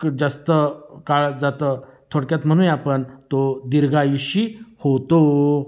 क जास्त काळात जातं थोडक्यात म्हणूया आपण तो दीर्घायुषी होतो